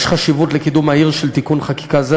יש חשיבות לקידום מהיר של תיקון חקיקה זה,